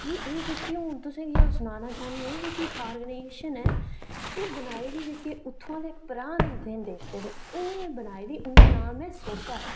एह् जेह्के हून तुसेंगी सनाना चाह्न्नी आं एह् जेह्की आर्गनाइजेशन ऐ एह् बनाई दी प्राण होंदे न देवते उत्थूं दी उ'नें ऐ बनाई दी उं'दा नां ऐ सोपर